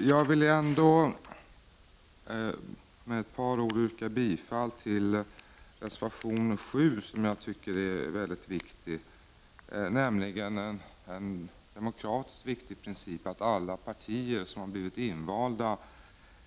Jag vill yrka bifall till reservation 7, som jag tycker är väldigt viktig. Det gäller den demokratiskt viktiga principen att alla partier som har blivit invalda